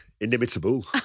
inimitable